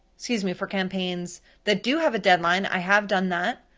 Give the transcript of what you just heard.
excuse me, for campaigns that do have a deadline, i have done that.